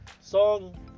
song